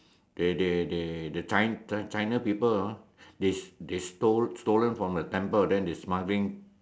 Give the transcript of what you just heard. they they they they China China people you know they they stolen from the temple then smuggle it